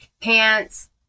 pants